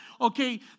okay